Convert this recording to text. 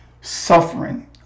suffering